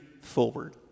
forward